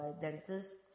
dentist